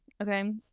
Okay